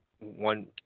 One